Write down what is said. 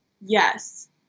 Yes